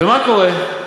ומה קורה?